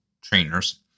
Trainers